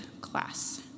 class